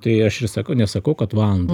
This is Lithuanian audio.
tai aš ir sakau nesakau kad valandą